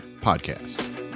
podcast